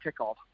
kickoff